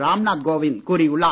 ராம் நாத் கோவிந்த் கூறியுள்ளார்